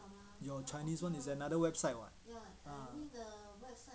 your chinese [one] is another website [what]